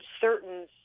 certain